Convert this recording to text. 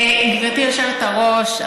גברתי היושבת-ראש,